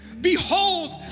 Behold